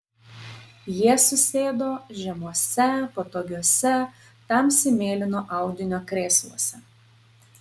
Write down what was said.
jie susėdo žemuose patogiuose tamsiai mėlyno audinio krėsluose